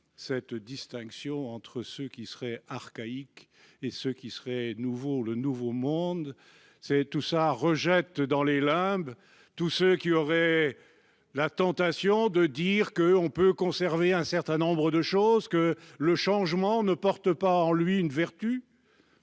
le ministre, ceux qui seraient « archaïques » et ceux qui seraient « nouveaux ». Le « nouveau monde » rejette dans les limbes tous ceux qui auraient la tentation de dire qu'on peut conserver un certain nombre de choses et que le changement ne porte pas en lui une vertu.